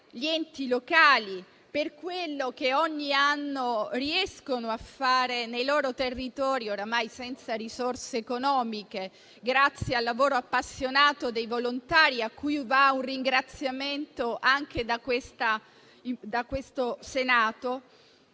gli enti locali per quello che ogni anno riescono a fare nei loro territori, ormai senza risorse economiche, grazie al lavoro appassionato dei volontari, a cui va un ringraziamento anche da questo Senato.